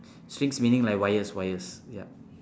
strings meaning like wires wires yup